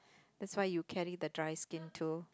that's why you carry the dry skin too